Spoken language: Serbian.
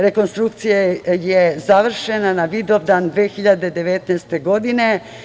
Rekonstrukcija je završena na Vidovdan 2019. godine.